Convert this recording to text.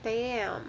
damn